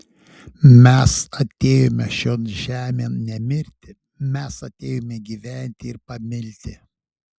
mes atėjome šion žemėn ne mirti mes atėjome gyventi ir pamilti